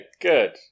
good